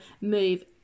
move